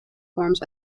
forms